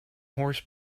horse